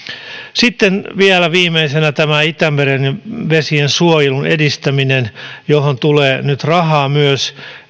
sitten vielä viimeisenä tämä itämeren vesiensuojelun edistäminen johon tulee nyt rahaa myös